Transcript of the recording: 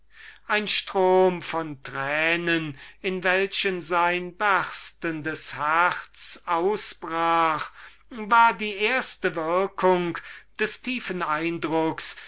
ein strom von tränen in welchen sein berstendes herz ausbrach war die erste würkung des tiefen eindruckes